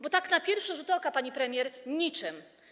Bo tak na pierwszy rzut oka, pani premier, to niczym.